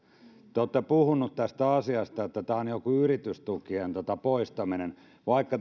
te olette puhunut tästä asiasta että tämä on joku yritystukien poistaminen vaikka